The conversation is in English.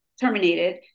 terminated